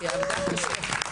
היא עבדה קשה.